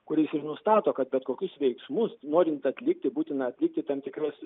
kuris ir nustato kad bet kokius veiksmus norint atlikti būtina atlikti tam tikrus